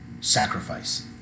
sacrifice